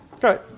Great